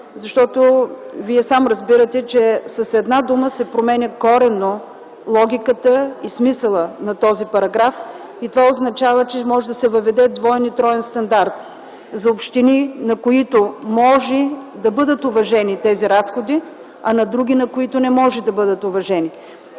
защото Вие сам разбирате, че с една дума се променя коренно логиката, смисълът на този параграф. Това означава, че може да се въведе двоен и троен стандарт за общини, на които могат да бъдат уважени тези разходи, и за други, на които не могат да бъдат уважени.